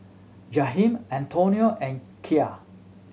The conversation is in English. Jaheim Antonio and Kaia